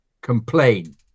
complain